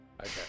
Okay